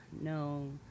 No